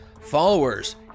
followers